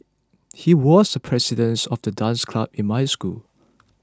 he was the presidents of the dance club in my school